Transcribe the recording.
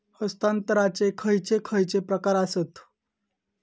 हस्तांतराचे खयचे खयचे प्रकार आसत?